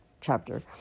chapter